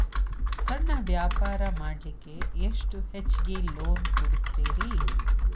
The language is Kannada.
ಸಣ್ಣ ವ್ಯಾಪಾರ ಮಾಡ್ಲಿಕ್ಕೆ ಎಷ್ಟು ಹೆಚ್ಚಿಗಿ ಲೋನ್ ಕೊಡುತ್ತೇರಿ?